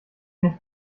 nicht